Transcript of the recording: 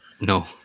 No